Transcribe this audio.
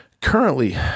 currently